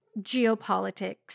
geopolitics